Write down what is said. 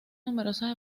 numerosas